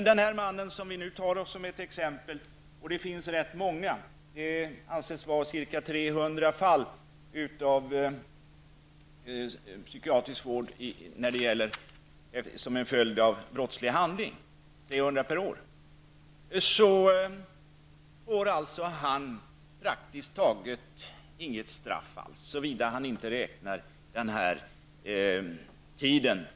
Den man som vi tar som ett exempel får praktiskt taget inget straff såvida han inte räknar den tid då han måste hålla sig inom låsta dörrar som en direkt straffpåföljd. Det finns rätt många sådana exempel.